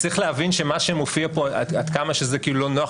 להבין שמה שמופיע פה עד כמה שזה כאילו לא נוח,